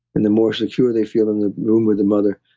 and the more secure they feel in the room with the mother,